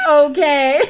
okay